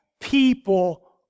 people